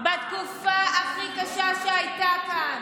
בתקופה הכי קשה שהייתה כאן.